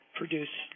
produce